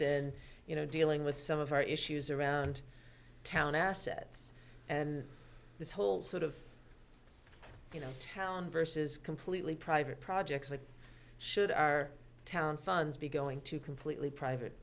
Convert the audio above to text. been you know dealing with some of our issues around town assets and this whole sort of you know town versus completely private projects like should our town funds be going to completely private